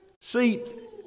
See